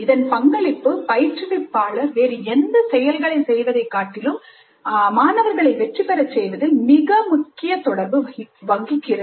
இதன் பங்களிப்பு பயிற்றுவிப்பாளர் வேறு எந்த செயல்களை செய்வதை காட்டிலும் மாணவர்களை வெற்றி பெறச் செய்வதில் மிக முக்கிய தொடர்பு வகிக்கிறது